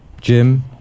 Jim